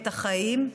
את החיים,